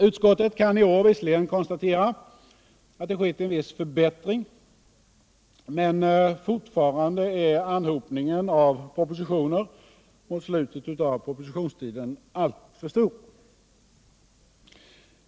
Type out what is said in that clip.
Utskottet kan i år visserligen konstatera att det skett en viss förbättring, men fortfarande är anhopningen av propositioner mot slutet av propositionstiden alltför stor.